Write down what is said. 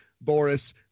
Boris